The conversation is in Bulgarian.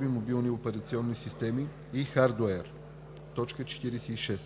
(мобилни операционни системи), и хардуер. 46.